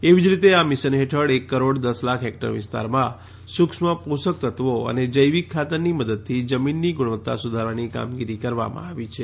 એવી જ રીતે આ મિશન હેઠળ એક કરોડ દસ લાખ હેકટર વિસ્તારમાં સુક્ષ્મ પોષક તત્વો અને જૈવિક ખાતરની મદદથી જમીનની ગુણવત્તા સુધારવાની કામગીરી કરવામાં આવી છે